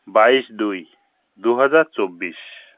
বাইশ দুই দু হাজার চব্বিশ